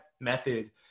method